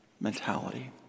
mentality